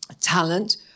Talent